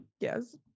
Yes